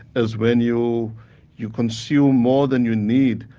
as when you you consume more than you need.